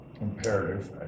imperative